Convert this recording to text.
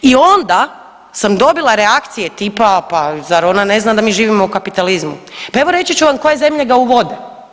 I onda sam dobila reakcije tipa pa zar ona ne zna da mi živimo u kapitalizmu, pa evo reći ću vam koje zemlje ga uvode.